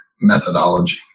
methodology